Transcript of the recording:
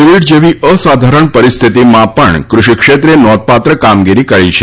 Covid જેવી અસાધારણ પરિસ્થિતિમાં પણ કૃષિ ક્ષેત્રે નોંધપાત્ર કામગીરી કરી છે